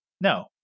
no